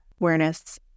awareness